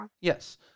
Yes